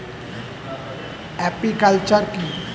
Apiculture কি?